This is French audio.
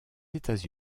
états